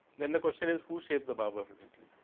then the question is who shaves the barber essentially.